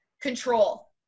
Control